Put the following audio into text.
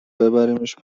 ببریمش